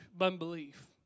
unbelief